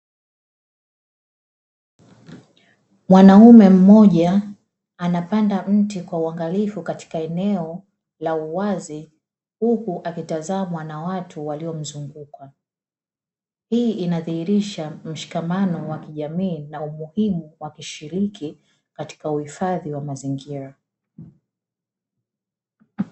Mwanaume mmoja anapanda mti kwa uangalifu katika eneo la uwazi huku akitazamwa watu waliomzunguka, hii inadhihirisha mshikamano wa kijamii na umuhimu wa kishiriki katika uhifadhi wa mazingira.